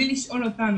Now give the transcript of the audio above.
בלי לשאול אותנו,